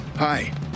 Hi